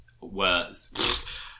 words